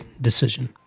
decision